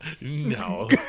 No